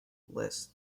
list